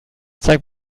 zeig